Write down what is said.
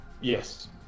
Yes